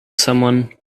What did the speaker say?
someone